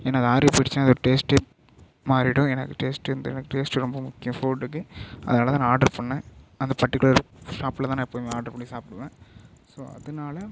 ஏன்னா அது ஆறிப் போயிடுச்சுன்னால் அதோடய டேஸ்ட்டே மாறிவிடும் எனக்கு டேஸ்ட்டு வந்து எனக்கு டேஸ்ட்டு ரொம்ப முக்கியம் ஃபுட்டுக்கு அதனால்தான் நான் ஆர்டர் பண்ணேன் அந்த பர்ட்டிகுலர் ஷாப்பில் தான் எப்போவுமே நான் ஆர்டர் பண்ணி சாப்பிடுவேன் ஸோ அதனால்